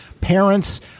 parents